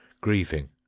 grieving